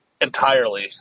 entirely